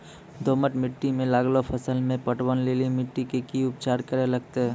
दोमट मिट्टी मे लागलो फसल मे पटवन लेली मिट्टी के की उपचार करे लगते?